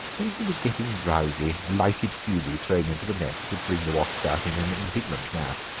when he was getting drowsy, a lighted fusee thrown into the nest would bring the wasps out in an indignant mass,